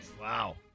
Wow